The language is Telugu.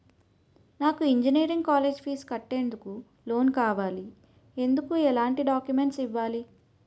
నాకు ఇంజనీరింగ్ కాలేజ్ ఫీజు కట్టేందుకు లోన్ కావాలి, ఎందుకు ఎలాంటి డాక్యుమెంట్స్ ఇవ్వాలి?